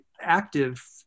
active